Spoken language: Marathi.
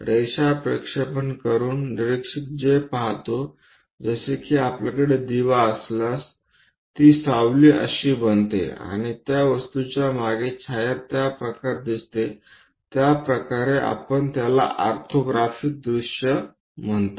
रेषा प्रक्षेपण करून निरीक्षक जे पाहतो जसे कि आपल्याकडे दिवा असल्यास ती सावली कशी बनते आणि त्या वस्तुच्या मागे छाया ज्या प्रकारे दिसते त्याप्रकारे आपण त्याला ऑर्थोग्राफिक दृश्य म्हणतो